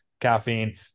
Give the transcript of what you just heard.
caffeine